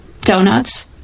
donuts